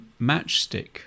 matchstick